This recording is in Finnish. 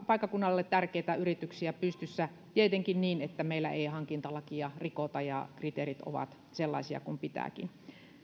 paikkakunnalle tärkeitä yrityksiä pystyssä tietenkin niin että meillä ei hankintalakia rikota ja kriteerit ovat sellaisia kuin pitääkin